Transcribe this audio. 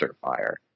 fire